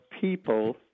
people